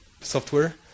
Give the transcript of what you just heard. software